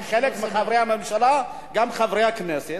אמרתי חלק מחברי הממשלה וגם חברי הכנסת,